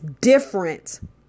different